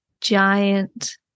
giant